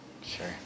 Sure